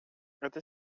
это